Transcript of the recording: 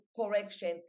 correction